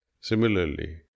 Similarly